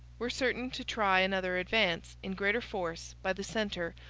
were certain to try another advance, in greater force, by the centre,